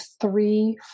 three